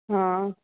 हा